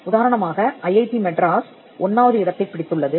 உதாரணமாக ஐஐடி மெட்ராஸ் 1 வது இடத்தைப் பிடித்துள்ளது